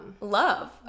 Love